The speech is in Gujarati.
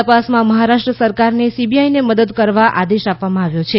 તપાસમાં મહારાષ્ટ્ર સરકારને સીબીઆઈને મદદ કરવા આદેશ આપવામાં આવ્યો છે